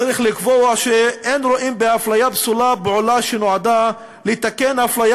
צריך לקבוע שאין רואים כאפליה פסולה פעולה שנועדה לתקן אפליה